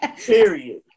Period